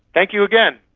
thank you again